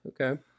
Okay